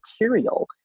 material